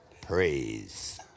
Praise